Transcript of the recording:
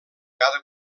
cada